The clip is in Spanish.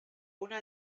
una